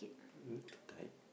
you want to die